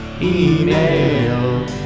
email